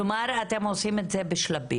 כלומר, אתם עושים את זה בשלבים.